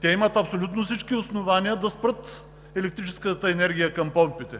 Те имат абсолютно всички основания да спрат електрическата енергия към помпите.